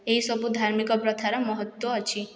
ଏଇସବୁ ଧାର୍ମିକ ପ୍ରଥାର ମହତ୍ତ୍ୱ ଅଛି